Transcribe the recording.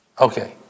Okay